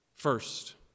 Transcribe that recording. First